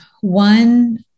One